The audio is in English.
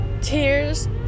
Tears